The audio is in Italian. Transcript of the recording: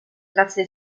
grazie